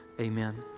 amen